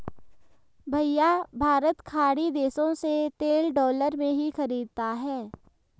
भैया भारत खाड़ी देशों से तेल डॉलर में ही खरीदता है